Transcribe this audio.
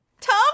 Tom